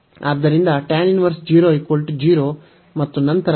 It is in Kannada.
ಆದ್ದರಿಂದ ಮತ್ತು ನಂತರ ಈ dx